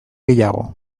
gehiago